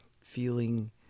feeling